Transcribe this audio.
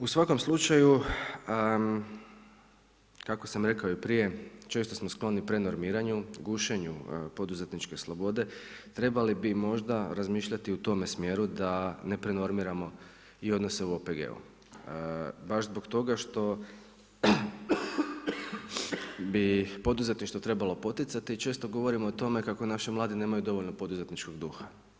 U svakom slučaju, kako sam rekao i prije, često smo skloni prenormiranju, gušenju poduzetničke slobode trebali bi možda razmišljati u tome smjeru da ne prenormiramo i odnose u OPG-u baš zbog toga što bi poduzetništvo trebalo poticati i često govorimo o tome kako naši mladi nemaju dovoljno poduzetničkog duha.